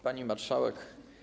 Pani Marszałek!